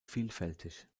vielfältig